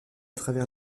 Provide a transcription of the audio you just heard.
travers